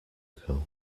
ago